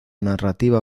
narrativa